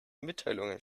mitteilungen